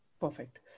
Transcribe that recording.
Perfect